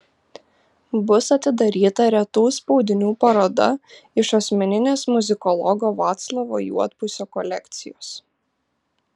bus atidaryta retų spaudinių paroda iš asmeninės muzikologo vaclovo juodpusio kolekcijos